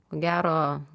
ko gero